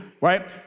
right